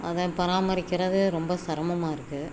அதை பராமரிக்கிறது ரொம்ப சிரமமா இருக்குது